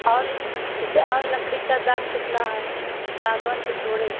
औल जिसे औल लकड़ी का दाम कितना है सागौन कै छोड़े